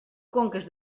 conques